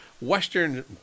western